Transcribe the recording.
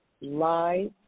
lie